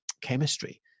chemistry